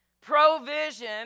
Provision